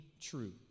true